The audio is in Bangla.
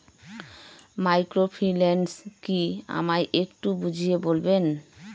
মাইক্রোফিন্যান্স কি আমায় একটু বুঝিয়ে বলবেন?